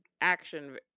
action